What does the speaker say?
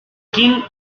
king